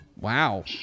Wow